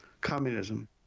Communism